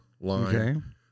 line